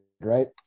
right